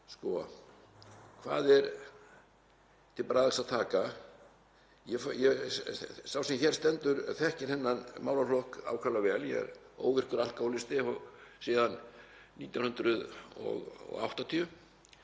SÁÁ. Hvað er til bragðs að taka? Sá sem hér stendur þekkir þennan málaflokk ákaflega vel. Ég er óvirkur alkóhólisti síðan 1980.